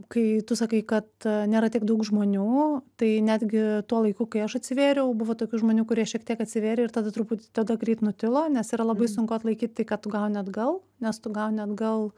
kai tu sakai kad nėra tiek daug žmonių tai netgi tuo laiku kai aš atsivėriau buvo tokių žmonių kurie šiek tiek atsivėrė ir tada truputį tada greit nutilo nes yra labai sunku atlaikyt tai ką tu gauni atgal nes tu gauni atgal